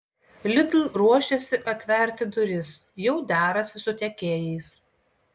lidl ruošiasi atverti duris jau derasi su tiekėjais